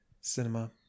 cinema